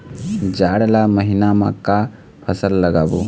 जाड़ ला महीना म का फसल लगाबो?